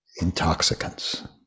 intoxicants